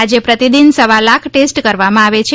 આજે પ્રતિદિન સવા લાખ ટેસ્ટ કરવામાં આવે છે